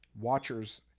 watchers